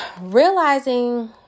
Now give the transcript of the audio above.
realizing